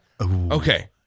Okay